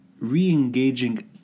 re-engaging